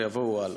ויבואו האוהלה.